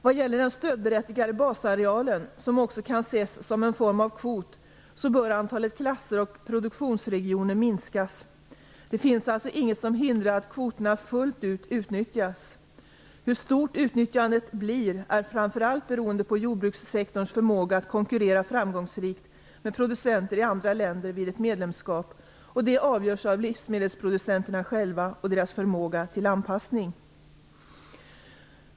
Vad gäller den stödberättigade basarealen, som också kan ses som en form av kvot, bör antalet klasser och produktionsregioner minskas. Det finns alltså inget som hindrar att kvoterna fullt ut utnyttjas. Hur stort utnyttjandet blir är framför allt beroende av jordbrukssektorns förmåga att konkurrera framgångsrikt med producenter i andra länder vid ett medlemskap, och det avgörs av livsmedelsproducenterna själva och deras förmåga tilll anpassning.